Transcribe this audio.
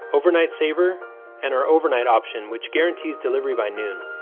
overnight saver and our overnight option which guarantees delivery by noon.